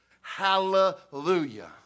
Hallelujah